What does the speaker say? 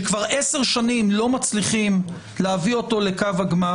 שכבר עשר שנים לא מצליחים להביא אותו לקו הגמר.